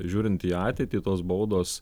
žiūrint į ateitį tos baudos